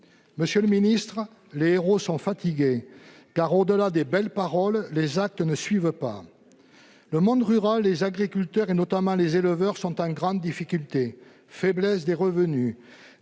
Monsieur le ministre, les héros sont fatigués, car, au-delà des belles paroles, les actes ne suivent pas. Le monde rural, les agriculteurs, notamment les éleveurs, sont en grande difficulté : faiblesse des revenus,